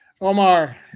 Omar